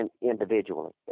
individually